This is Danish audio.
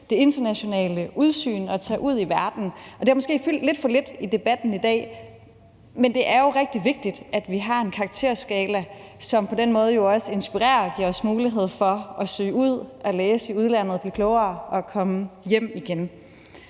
det internationale udsyn og at tage ud i verden. Det har måske fyldt lidt for lidt i debatten i dag, men det er jo rigtig vigtigt, at vi har en karakterskala, som på den måde også inspirerer og giver os mulighed for at søge ud, at læse i udlandet og blive klogere og komme hjem igen.